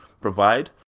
provide